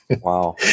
Wow